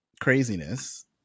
craziness